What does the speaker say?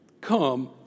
come